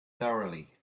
thoroughly